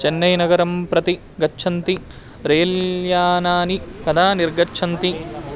चेन्नैनगरं प्रति गच्छन्ति रेल्यानानि कदा निर्गच्छन्ति